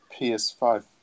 PS5